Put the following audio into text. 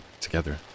together